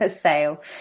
sale